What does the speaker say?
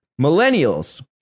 Millennials